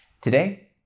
Today